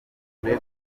kure